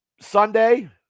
Sunday